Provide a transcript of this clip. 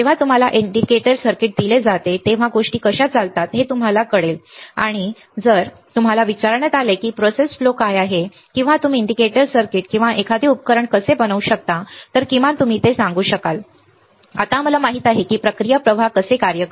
जेव्हा तुम्हाला indicator circuit दिले जाते तेव्हा गोष्टी कशा चालतात हे तुम्हाला कसे कळेल आणि जर तुम्हाला विचारण्यात आले की प्रोसेस फ्लो काय आहे किंवा तुम्ही इंडिकेटर सर्किट किंवा इंडिकेटर सर्किट किंवा एखादे उपकरण कसे बनवू शकता तर तुम्ही किमान ते सांगू शकाल आता आम्हाला माहित आहे की प्रक्रिया प्रवाह कसे कार्य करते